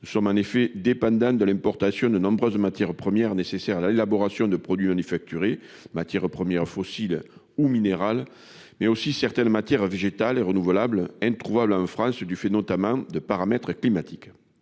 Nous sommes en effet dépendants de l'importation de nombreuses matières premières nécessaires à l'élaboration de produits manufacturés : matières premières fossiles ou minérales, mais aussi certaines matières végétales et renouvelables, introuvables en France du fait notamment de paramètres climatiques.